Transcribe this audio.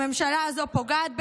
הממשלה הזו פוגעת בנשים.